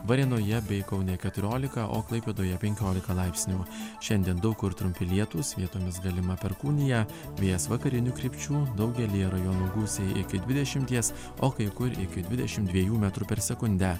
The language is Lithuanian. varėnoje bei kaune keturiolika o klaipėdoje penkiolika laipsnių šiandien daug kur trumpi lietūs vietomis galima perkūnija vėjas vakarinių krypčių daugelyje rajonų gūsiai iki dvidešimties o kai kur iki dvidešimt dviejų metrų per sekundę